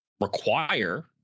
require